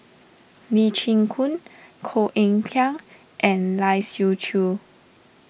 Lee Chin Koon Koh Eng Kian and Lai Siu Chiu